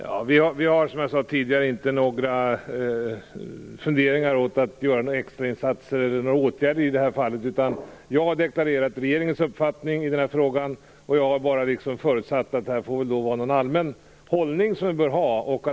Herr talman! Vi har som jag sade tidigare inga funderingar på att göra några extrainsatser eller åtgärder i detta fall. Jag har deklarerat regeringens uppfattning i denna fråga, och jag har förutsatt att det skall vara en allmän hållning.